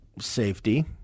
safety